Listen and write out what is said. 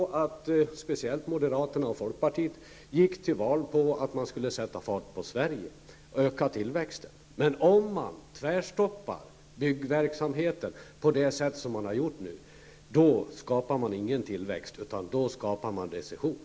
Framför allt moderaterna och folkpartiet gick till val på att man skulle sätta fart på Sverige och öka tillväxten. Men om man gör ett tvärstopp i byggverksamheten på det sätt, som man nu har gjort, skapar man ingen tillväxt, utan man skapar recession.